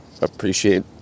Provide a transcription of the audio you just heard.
appreciate